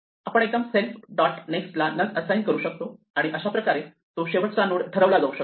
आपण एकदम self dot next ला नन असाइन करू शकतो आणि अशाप्रकारे तो नोड शेवटचा नोड ठरवला जाऊ शकतो